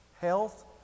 health